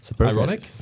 Ironic